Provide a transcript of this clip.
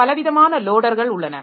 பலவிதமான லோடர்கள் உள்ளன